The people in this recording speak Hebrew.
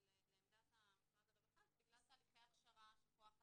לעמדה משרד הרווחה זה בגלל תהליכי ההכשרה של כוח אדם.